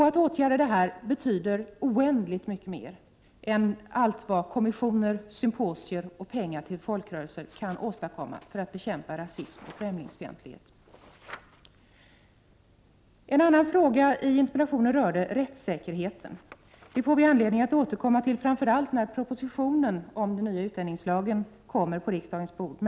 Att åtgärda detta skulle betyda oändligt mycket mer än allt vad kommissioner, symposier och pengar till folkrörelser kan åstadkomma när det gäller att bekämpa rasism och främlingsfientlighet. En annan fråga i interpellationen berörde rättssäkerheten. Den får vi framför allt anledning att återkomma till då propositionen om den nya utlänningslagen läggs på riksdagens bord.